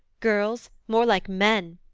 girls more like men!